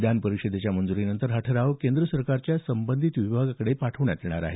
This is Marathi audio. विधान परिषदेच्या मंजुरीनंतर हा ठराव केंद्र सरकारच्या संबंधित विभागाकडे पाठवण्यात येणार आहे